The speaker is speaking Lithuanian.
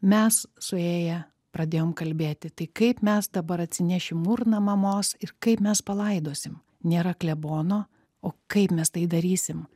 mes suėję pradėjom kalbėti tai kaip mes dabar atsinešim urną mamos ir kaip mes palaidosim nėra klebono o kaip mes tai darysim